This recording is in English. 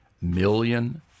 million